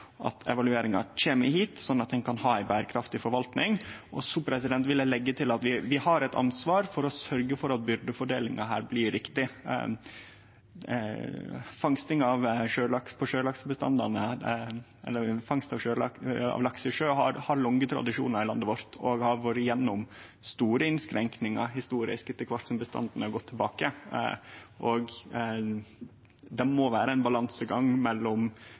at evalueringa kjem hit, sånn at ein kan ha ei berekraftig forvaltning. Så vil eg leggje til at vi har eit ansvar for å sørgje for at byrdefordelinga blir riktig. Fangst av laks i sjø har lange tradisjonar i landet vårt og har vore gjennom store innskrenkingar historisk etter kvart som bestanden har gått tilbake. Det må vere ein balansegang mellom